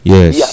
Yes